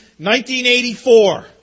1984